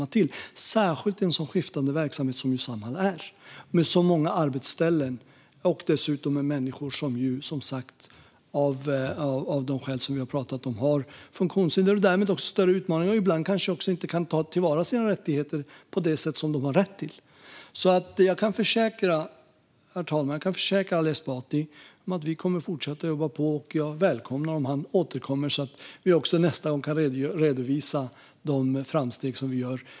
Det gäller särskilt i en så skiftande verksamhet som Samhall, med så många arbetsställen och dessutom med människor som har funktionshinder och som av det skälet har större utmaningar och ibland kanske inte heller kan ta till vara sina rättigheter. Herr talman! Jag kan försäkra Ali Esbati att vi kommer att fortsätta att jobba på. Jag välkomnar att han återkommer så att vi nästa gång kan redovisa de framsteg som vi gör.